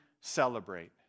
celebrate